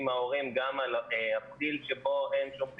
מההורים גם על אפריל שבו אין שום פעילות.